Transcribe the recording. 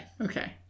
Okay